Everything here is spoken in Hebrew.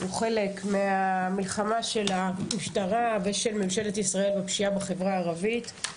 הוא חלק מהמלחמה של המשטרה ושל ממשלת ישראל בפשיעה בחברה הערבית.